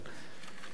אדוני היושב-ראש,